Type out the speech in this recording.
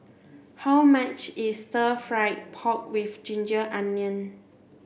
how much is stir fried pork with ginger onions